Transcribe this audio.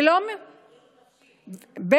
לבריאות נפשית.